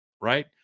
Right